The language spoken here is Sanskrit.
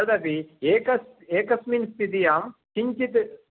तदपि एकस् एकस्मिन् स्थितियां किञ्चित्